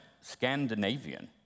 Scandinavian